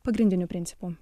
pagrindinių principų